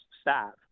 staff